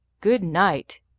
good-night